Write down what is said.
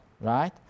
right